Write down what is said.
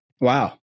Wow